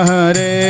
Hare